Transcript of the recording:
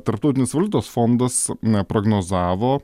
tarptautinis valiutos fondas na prognozavo